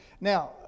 Now